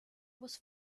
was